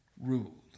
ruled